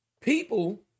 people